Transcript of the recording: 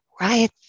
right